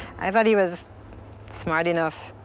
i thought he was smart enough,